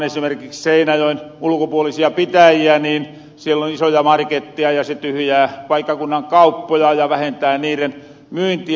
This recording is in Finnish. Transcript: esimerkiksi seinäjoen ulkopuolisissa pitäjissä on isoja marketteja ja se tyhjää paikkakunnan kauppoja ja vähentää niiren myyntiä